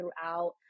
throughout